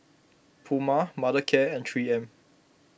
Puma Mothercare and three M